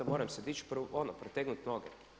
Moram se dići, ono protegnut noge.